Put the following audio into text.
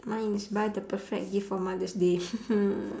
mine is buy the perfect gift for mother's day